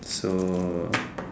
so